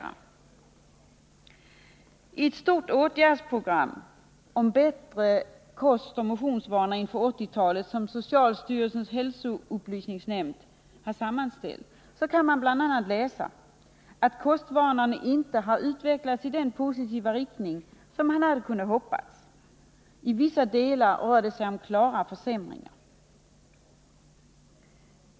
Av ett omfattande åtgärdsprogram om bättre kostoch motionsvanor inför 1980-talet, som socialstyrelsens hälsoupplysningsnämnd har sammanställt, framgår bl.a. att kostvanorna inte har utvecklats i den positiva riktning som man hade hoppats. I vissa delar rör det sigt.o.m. om klara försämringar.